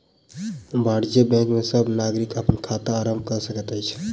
वाणिज्य बैंक में सब नागरिक अपन खाता आरम्भ कय सकैत अछि